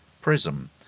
prism